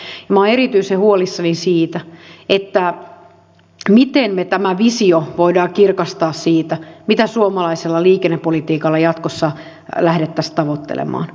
minä olen erityisen huolissani siitä miten me tämän vision voimme kirkastaa siitä mitä suomalaisella liikennepolitiikalla jatkossa lähdettäisiin tavoittelemaan